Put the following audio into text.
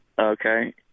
Okay